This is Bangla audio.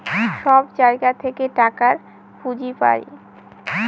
সব জায়গা থেকে টাকার পুঁজি পাই